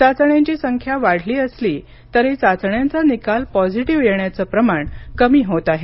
चाचण्यांची संख्या वाढली असली तरी चाचण्यांचा निकाल पॉझिटिव्ह येण्याचं प्रमाण कमी होत आहे